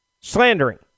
Slandering